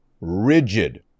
rigid